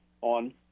on